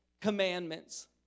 commandments